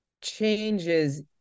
changes